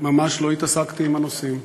ממש לא התעסקתי עם הנושאים,